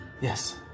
Yes